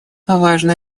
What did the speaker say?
важно